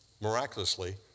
miraculously